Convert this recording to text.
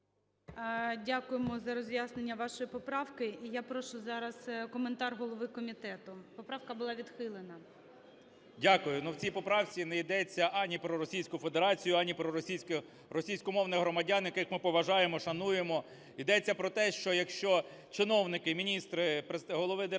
Дякуємо за роз'яснення вашої поправки. І я прошу зараз коментар голови комітету. Поправка була відхилена. 11:57:40 КНЯЖИЦЬКИЙ М.Л. Дякую. Ну, в цій поправці не йдеться ані про Російську Федерацію, ані про російськомовних громадян, яких ми поважаємо, шануємо. Йдеться про те, що якщо чиновники, міністри, голови державних